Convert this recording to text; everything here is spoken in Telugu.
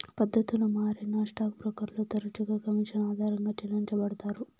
పద్దతులు మారినా స్టాక్ బ్రోకర్లు తరచుగా కమిషన్ ఆధారంగా చెల్లించబడతారు